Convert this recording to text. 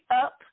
up